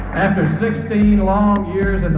after sixteen long years